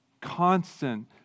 constant